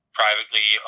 privately